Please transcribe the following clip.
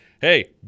hey